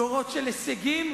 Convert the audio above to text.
דורות של הישגים.